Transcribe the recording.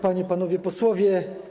Panie i Panowie Posłowie!